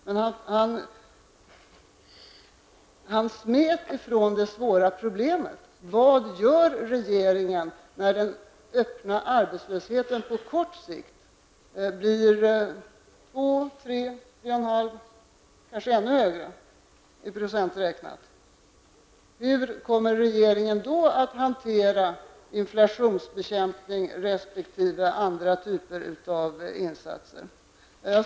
Men han smet från det svåra problemet om vad regeringen skall göra när den öppna arbetslösheten på kort sikt uppgår till 2, 3, 3,5 eller ännu högre procenttal. Hur kommer regeringen då att hantera inflationsbekämpningen resp. andra typer av insatser?